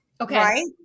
Okay